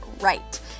right